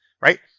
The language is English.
right